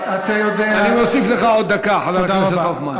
אני מוסיף לך עוד דקה, חבר הכנסת הופמן.